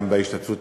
וגם בהשתתפות